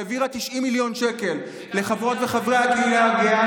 שהעבירה 90 מיליון שקל לחברות וחברי הקהילה הגאה,